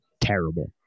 terrible